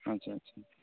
ᱟᱪᱪᱷᱟ